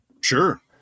Sure